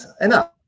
enough